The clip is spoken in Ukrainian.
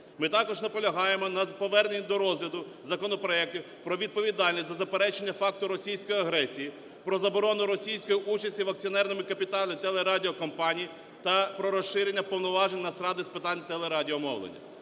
Ми також наполягаємо на поверненні до розгляду законопроектів про відповідальність за заперечення факту російської агресії, про заборону російської участі в акціонерному капіталі телерадіокомпаній та про розширення повноважень Нацради з питань телерадіомовлення.